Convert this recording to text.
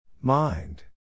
Mind